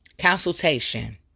consultation